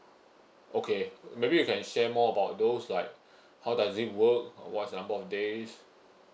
okay maybe you can share more about those like how does it work or what's the number of days